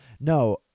no